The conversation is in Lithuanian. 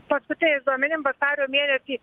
paskutiniais duomenim vasario mėnesį